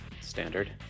standard